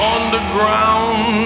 Underground